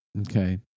okay